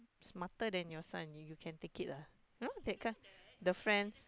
smarter than your son you can take it ah you know that kind the friends